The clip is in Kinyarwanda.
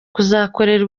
kuzakorera